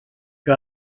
que